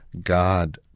God